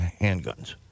handguns